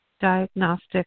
Diagnostic